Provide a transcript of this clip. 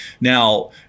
Now